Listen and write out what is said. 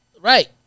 Right